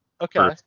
Okay